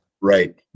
Right